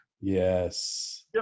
Yes